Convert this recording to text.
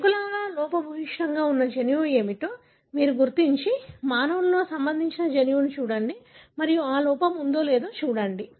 ఎలుకలో లోపభూయిష్టంగా ఉన్న జన్యువు ఏమిటో మీరు గుర్తించి మానవునిలోని సంబంధిత జన్యువును చూడండి మరియు ఆ లోపం ఉందో లేదో చూడండి